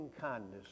kindness